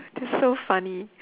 that's so funny